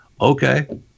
Okay